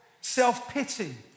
self-pity